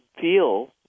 feel